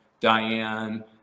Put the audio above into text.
Diane